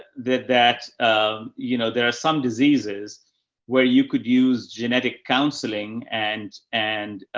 that, that, um, you know, there are some diseases where you could use genetic counseling and, and